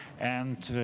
and